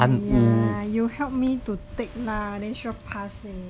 !aiya! you help me to take lah then sure pass